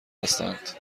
هستند